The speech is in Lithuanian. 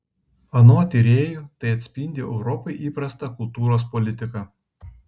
anot tyrėjų tai atspindi europai įprastą kultūros politiką